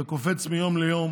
זה קופץ מיום ליום.